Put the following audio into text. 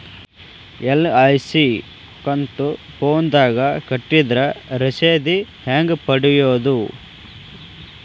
LIC ಕಂತು ಫೋನದಾಗ ಕಟ್ಟಿದ್ರ ರಶೇದಿ ಹೆಂಗ್ ಪಡೆಯೋದು?